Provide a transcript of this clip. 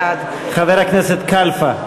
בעד חבר הכנסת קלפה?